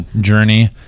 journey